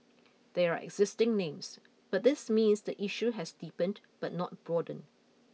they are existing names but this means the issue has deepened but not broadened